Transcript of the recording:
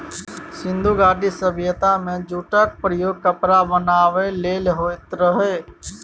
सिंधु घाटी सभ्यता मे जुटक प्रयोग कपड़ा बनाबै लेल होइत रहय